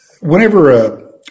whenever